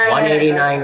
189